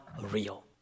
real